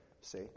See